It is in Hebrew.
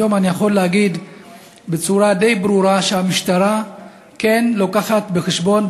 היום אני יכול להגיד בצורה די ברורה שהמשטרה כן מביאה בחשבון,